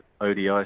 ODI